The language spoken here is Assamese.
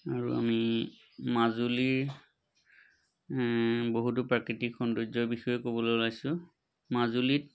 আৰু আমি মাজুলীৰ বহুতো প্ৰাকৃতিক সৌন্দৰ্যৰ বিষয়ে ক'বলৈ ওলাইছোঁ মাজুলীত